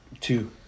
Two